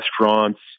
restaurants